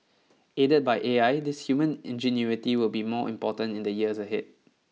aided by A I this human ingenuity will be more important in the years ahead